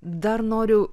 dar noriu